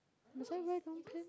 must I wear long pants